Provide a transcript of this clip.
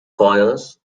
choirs